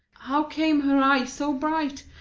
how came her eyes so bright?